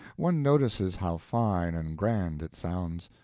one notices how fine and grand it sounds.